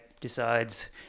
decides